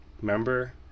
Remember